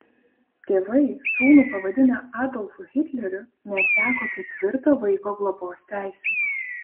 tėvai sūnų pavadinę adolfu hitleriu neteko ketvirto vaiko globos teisių